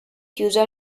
chiusa